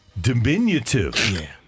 Diminutive